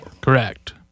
correct